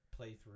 playthrough